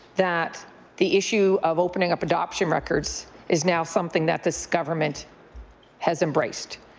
that the issue of opening up adoption records is now something that this government has embraced.